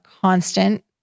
constant